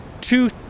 two